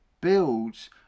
builds